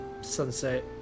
sunset